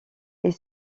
est